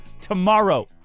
tomorrow